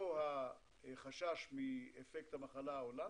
או החשש מאפקט המחלה ההולנדית?